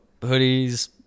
hoodies